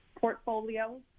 portfolio